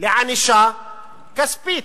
לענישה כספית.